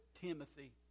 Timothy